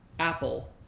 apple